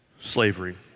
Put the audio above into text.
slavery